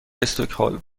استکهلم